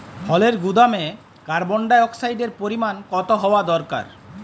ফলের গুদামে কার্বন ডাই অক্সাইডের পরিমাণ কত হওয়া দরকার?